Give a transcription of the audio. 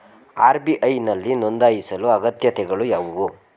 RBI ನಲ್ಲಿ ನೊಂದಾಯಿಸಲು ಅಗತ್ಯತೆಗಳು ಯಾವುವು?